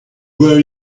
were